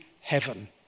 heaven